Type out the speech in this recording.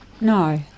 No